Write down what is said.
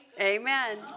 Amen